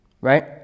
right